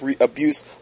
abuse